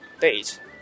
date